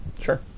Sure